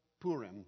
Purim